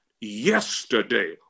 yesterday